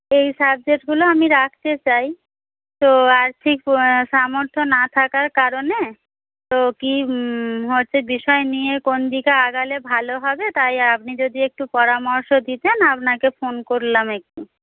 এই সাবজেক্টগুলো আমি রাখতে চাই তো আর ঠিক সামর্থ্য না থাকার কারণে তো কী হচ্ছে বিষয় নিয়ে কোনদিকে এগোলে ভালো হবে তাই আপনি যদি একটু পরামর্শ দিতেন আপনাকে ফোন করলাম একটু